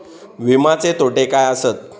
विमाचे तोटे काय आसत?